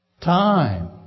time